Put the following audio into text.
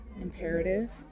imperative